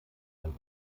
ein